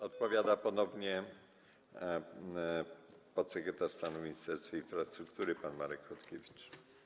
Odpowiada ponownie podsekretarz stanu w Ministerstwie Infrastruktury pan Marek Chodkiewicz.